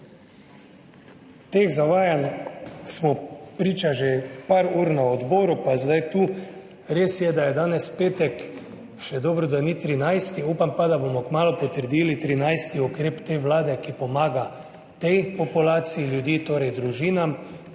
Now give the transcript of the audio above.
Tem zavajanjem smo bili priča že nekaj ur na odboru, pa je zdaj tu. Res je, da je danes petek, še dobro, da ni 13., upam pa, da bomo kmalu potrdili 13. ukrep te vlade, ki pomaga tej populaciji ljudi, torej družinam,